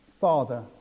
Father